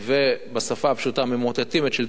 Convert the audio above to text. ובשפה הפשוטה ממוטטים את שלטון ה"חמאס",